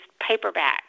paperbacks